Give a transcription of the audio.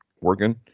working